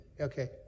Okay